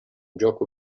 gioco